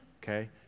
okay